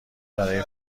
برای